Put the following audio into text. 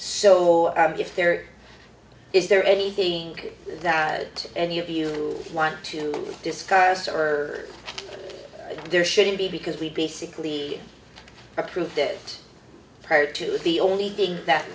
so if there is there anything that any of you want to discuss or there shouldn't be because we basically approved it prior to the only thing that